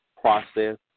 process